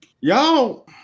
Y'all